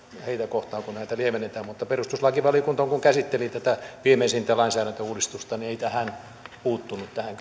heitä kohtaan kun näitä lievennetään mutta perustuslakivaliokunta kun se käsitteli tätä viimeisintä lainsäädäntöuudistusta ei puuttunut tähän